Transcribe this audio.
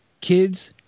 kids